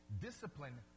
Discipline